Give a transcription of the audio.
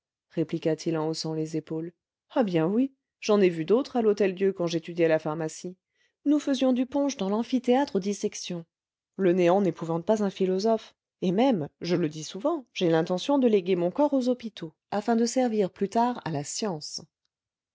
répliqua-t-il en haussant les épaules ah bien oui j'en ai vu d'autres à l'hôtel-dieu quand j'étudiais la pharmacie nous faisions du punch dans l'amphithéâtre aux dissections le néant n'épouvante pas un philosophe et même je le dis souvent j'ai l'intention de léguer mon corps aux hôpitaux afin de servir plus tard à la science